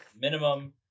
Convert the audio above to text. minimum